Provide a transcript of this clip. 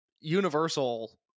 universal